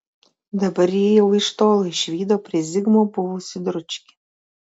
dabar ji jau iš tolo išvydo prie zigmo buvusį dručkį